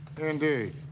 Indeed